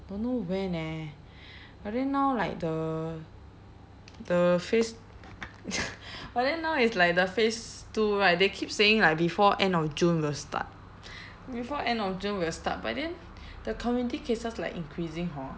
don't know when eh but then now like the the phase but then now it's like the phase two right they keep saying like before end of june will start before end of june will start but then the community cases like increasing hor